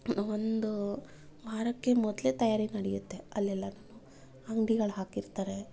ಒಂದು ವಾರಕ್ಕೆ ಮೊದಲೆ ತಯಾರಿ ನಡೆಯತ್ತೆ ಅಲ್ಲೆಲ್ಲನೂ ಅಂಗಡಿಗಳು ಹಾಕಿರ್ತಾರೆ